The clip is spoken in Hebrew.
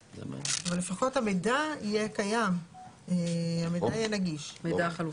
לפחות המידע יהיה קיים ויהיה נגיש, המידע החלופי.